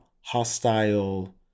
hostile